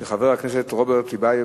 של חבר הכנסת רוברט טיבייב,